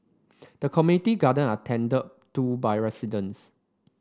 the community garden are tended to by residents